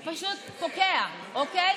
הוא פשוט פוקע, אוקיי?